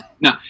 No